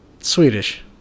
Swedish